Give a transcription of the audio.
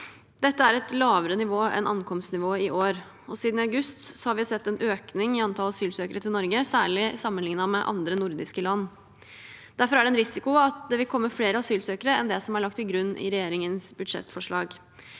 Dette er et lavere nivå enn ankomstnivået i år. Siden august har vi sett en økning i antallet asylsøkere til Norge, særlig sammenliknet med andre nordiske land. Det er derfor risiko for at det vil komme flere asylsøkere enn det som er lagt til grunn i regjeringens budsjettforslag.